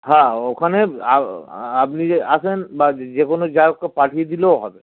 হ্যাঁ ওখানে আপ আপনি যে আসেন বা যে কোনো যায় কটা পাঠিয়ে দিলেও হবে